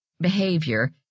behavior